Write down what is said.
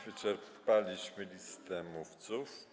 Wyczerpaliśmy listę mówców.